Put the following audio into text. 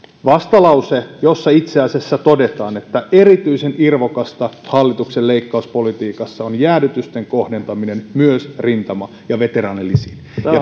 vastalause jossa itse asiassa todetaan että erityisen irvokasta hallituksen leikkauspolitiikassa on jäädytysten kohdentaminen myös rintama ja veteraanilisiin